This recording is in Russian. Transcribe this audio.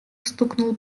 стукнул